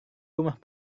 rumah